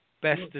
best